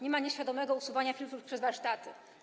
Nie ma nieświadomego usuwania filtrów przez warsztaty.